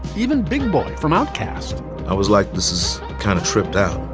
even big boi from outcast i was like, this is kind of tripped out.